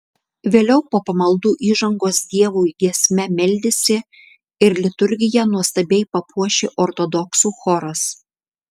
vėliau po pamaldų įžangos dievui giesme meldėsi ir liturgiją nuostabiai papuošė ortodoksų choras